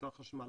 בעיקר חשמל,